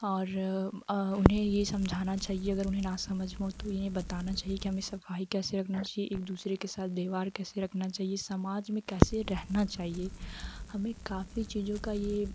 और उन्हें ये समझना चाहिए की अगर उन्हें ना समझ हो तो इन्हे बताना चाहिए की हमें सफ़ाई कैसे रखना चाहिए एक दूसरे के साथ व्यवहार कैसे रखना चाहिए समाज मे कैसे रहना चाहिए हमें काफ़ी चीज़ों का यह